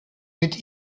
mit